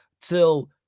till